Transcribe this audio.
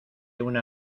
una